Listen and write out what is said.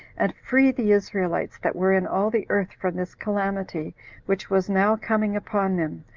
and free the israelites that were in all the earth from this calamity which was now coming upon them,